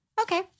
Okay